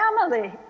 family